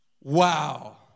Wow